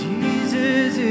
Jesus